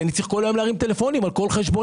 אני צריך כל היום להרים טלפונים על כל חשבונית.